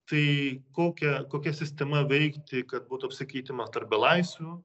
tai kokią kokia sistema veikti kad būtų apsikeitimas tarp belaisvių